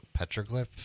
Petroglyph